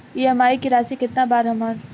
EMI की राशि केतना बा हमर?